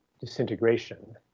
disintegration